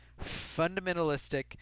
fundamentalistic